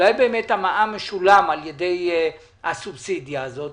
אולי באמת המע"מ משולם על-ידי הסובסידיה הזאת.